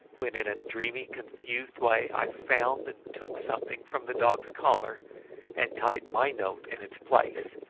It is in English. when in a dreamy confused way i found and took something from the dog's collar and tied my note in its place,